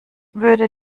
würde